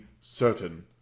certain